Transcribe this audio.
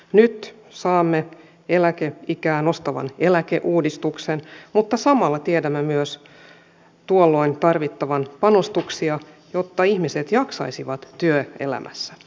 nyt saamme eläkeikää nostavan eläkeuudistuksen mutta samalla tiedämme myös tuolloin tarvittavan panostuksia jotta ihmiset jaksaisivat työelämässä